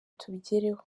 tubigereho